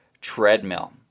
treadmill